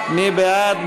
מי בעד?